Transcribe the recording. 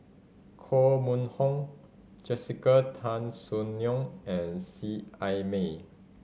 Koh Mun Hong Jessica Tan Soon Neo and Seet Ai Mee